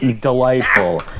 delightful